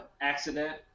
accident